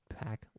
pack